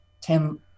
Tim